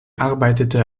arbeitete